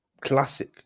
classic